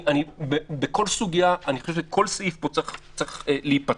בכל סוגיה וכל סעיף פה צריכים להיפתח.